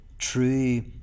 True